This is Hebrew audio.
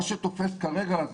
מה שתופס כרגע,